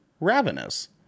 ravenous